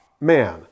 man